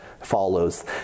follows